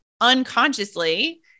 unconsciously